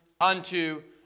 unto